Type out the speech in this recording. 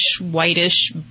whitish